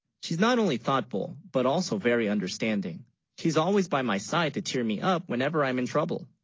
she's not only thoughtful but, also very understanding she's always, by, my side to cheer, me up, whenever i'm in trouble